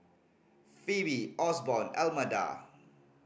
Phoebe Osborn Almeda